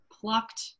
plucked